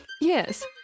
Yes